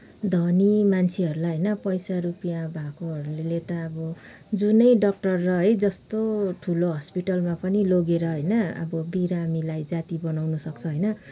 धनी मान्छेहरूलाई होइन पैसा रुपियाँ भएकोहरूले त अब जुनै डक्टर र है जस्तो ठुलो हस्पिटलमा पनि लगेर होइन अब बिरामीलाई जाती बनाउन सक्छ होइन